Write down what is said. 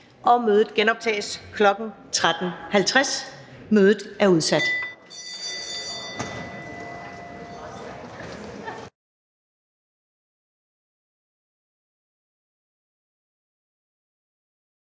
Mødet genoptages kl. 13.50. Mødet er udsat.